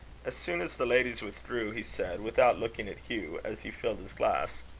as soon as the ladies withdrew, he said, without looking at hugh, as he filled his glass